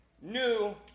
new